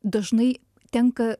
dažnai tenka